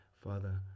Father